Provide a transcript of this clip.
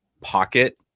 pocket